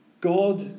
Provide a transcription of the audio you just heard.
God